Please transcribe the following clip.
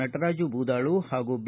ನಟರಾಜು ಬೂದಾಳು ಹಾಗೂ ಬಿ